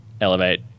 elevate